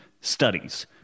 studies